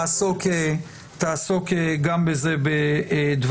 אני בטוח שאתה תעסוק גם בזה בדבריך.